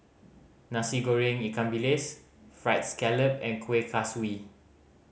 Nasi Goreng ikan bilis Fried Scallop and Kueh Kaswi